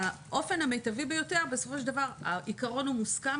האופן המיטבי ביותר בסופו של דבר העיקרון המוסכם,